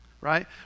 right